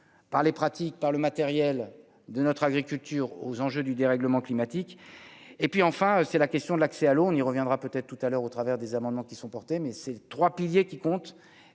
par les pratiques par le matériel de notre agriculture aux enjeux du dérèglement climatique et puis enfin, c'est la question de l'accès à l'eau, on y reviendra peut-être tout à l'heure au travers des amendements qui sont portées, mais ces 3 piliers qui compte